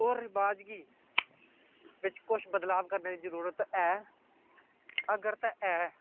ओह् रवाज गी बिच्च कुछ बदलाव करने दी जरूरत ऐ अगर ते ऐ